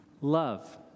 love